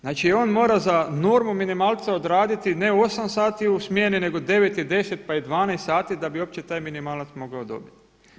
Znači, on mora za normu minimalca odraditi ne 8 sati u smjeni nego 9 i 10 pa i 12 sati da bi uopće taj minimalac mogao dobiti.